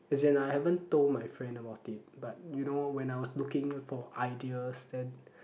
as in I haven't told my friend about it but you know when I was looking for ideas then